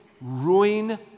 ruin